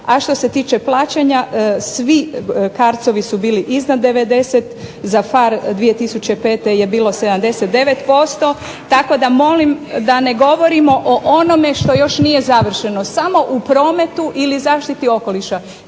a što se tiče plaćanja svi Cardsovi su bili iznad 90, za FAR 2005. je bilo 79%, tako da molim da ne govorimo o onome što još nije završeno, samo o prometu ili zaštiti okoliša.